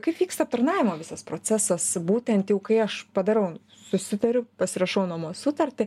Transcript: kaip vyksta aptarnavimo visas procesas būtent jau kai aš padarau susitariu pasirašau nuomos sutartį